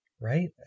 Right